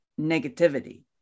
negativity